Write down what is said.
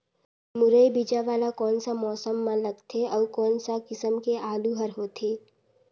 मुरई बीजा वाला कोन सा मौसम म लगथे अउ कोन सा किसम के आलू हर होथे?